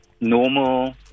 normal